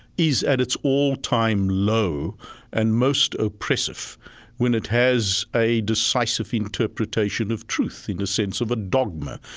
is at its all-time low and most oppressive when it has a decisive interpretation of truth, in the sense of a dogma,